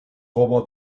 como